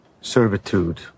servitude